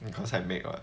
because I make [what]